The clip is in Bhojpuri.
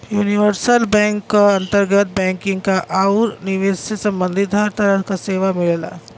यूनिवर्सल बैंक क अंतर्गत बैंकिंग आउर निवेश से सम्बंधित हर तरह क सेवा मिलला